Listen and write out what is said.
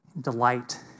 Delight